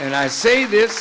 and i say this